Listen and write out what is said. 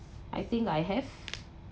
I think I have